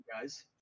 guys